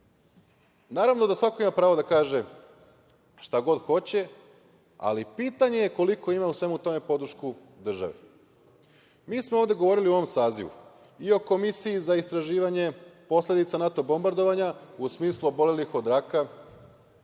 itd. Naravno da svako ima pravo da kaže šta god hoće, ali pitanje je koliko ima u svemu tome podršku države. Mi smo ovde govorili, u ovom sazivu, i o Komisiji za istraživanje posledica NATO bombardovanja, u smislu obolelih od raka